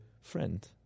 friend